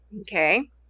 okay